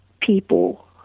people